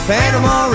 Panama